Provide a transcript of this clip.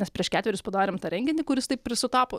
mes prieš ketverius padarėm tą renginį kuris taip ir sutapo